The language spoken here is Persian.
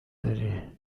داری